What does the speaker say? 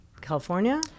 California